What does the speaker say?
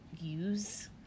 use